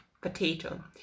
potato